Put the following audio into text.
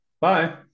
Bye